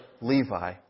Levi